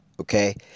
okay